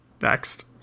Next